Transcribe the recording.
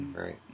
Right